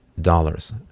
dollars